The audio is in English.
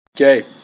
Okay